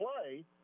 play